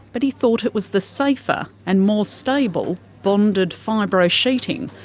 but he thought it was the safer and more stable bonded fibro sheeting,